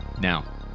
Now